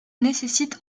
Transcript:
nécessite